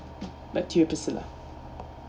back to you priscilla